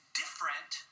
different